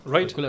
Right